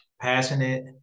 Passionate